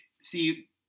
See